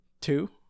two